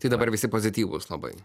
tai dabar visi pozityvūs labai